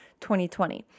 2020